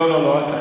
לא לא לא,